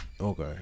Okay